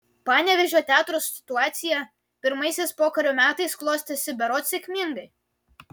panevėžio teatro situacija pirmaisiais pokario metais klostėsi berods sėkmingai